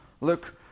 Look